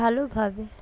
ভালোভাবে